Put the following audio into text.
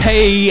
Hey